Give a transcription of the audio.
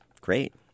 great